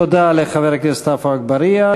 תודה לחבר הכנסת עפו אגבאריה.